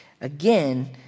Again